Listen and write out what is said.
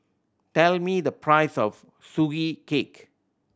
tell me the price of Sugee Cake